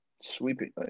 Sweeping